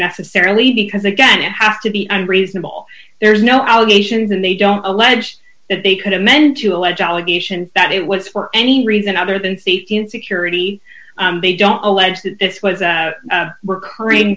necessarily because again it have to be and reasonable there's no allegations and they don't allege that they could have meant to allege allegation that it was for any reason other than safety and security they don't allege that this was a recurring